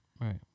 right